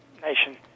Nation